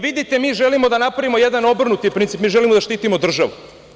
Vidite, mi želimo da napravimo jedan obrnuti princip, mi želimo da štitimo državu.